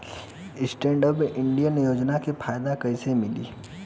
Stand up India योजना के फायदा कैसे मिली?